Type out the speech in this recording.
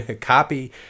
Copy